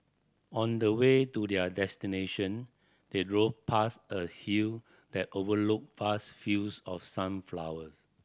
on the way to their destination they drove past a hill that overlooked vast fields of sunflowers